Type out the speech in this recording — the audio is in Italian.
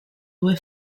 due